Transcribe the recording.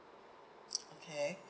okay